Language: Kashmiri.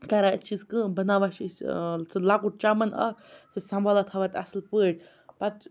کَران چھِ أسۍ کٲم بَناوان چھِ أسۍ ٲں سُہ لۄکُٹ چَمَن اکھ سُہ چھِ سَمبھالان تھاوان اصٕل پٲٹھۍ پَتہٕ چھِ